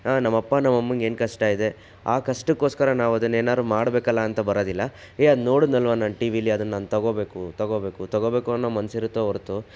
ನಮ್ಮಪ್ಪ ನಮ್ಮಮ್ಮನಿಗೇನು ಕಷ್ಟ ಇದೆ ಆ ಕಷ್ಟಕ್ಕೋಸ್ಕರ ನಾವು ಅದನ್ನೇನಾದ್ರೂ ಮಾಡ್ಬೇಕಲ್ಲ ಅಂತ ಬರೋದಿಲ್ಲ ಹೇ ಅದು ನೋಡಿದ್ನಲ್ವಾ ನಾನು ಟಿ ವಿಲಿ ಅದು ನಾನು ತೊಗೋಬೇಕು ತೊಗೋಬೇಕು ತೊಗೋಬೇಕು ಅನ್ನೋ ಮನಸ್ಸಿರುತ್ತೆ ಹೊರತು